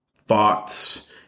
thoughts